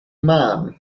man